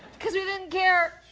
cause we didn't care